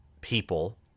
people